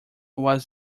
was